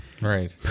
Right